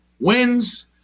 wins